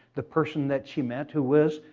the person that she met who was,